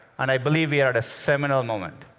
and i believe we are at a seminal moment.